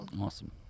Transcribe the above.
Awesome